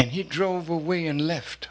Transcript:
and he drove away and left